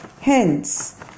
hence